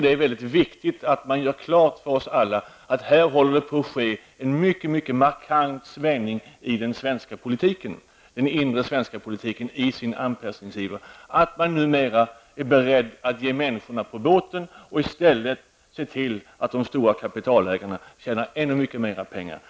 Det är viktigt att man gör klart för oss alla att här håller en mycket markant svängning på att ske i den inre svenska politiken. I sin passningsiver är man numera beredd att ge människorna på båten och i stället se till att de stora kapitalägarna tjänar ännu mer pengar.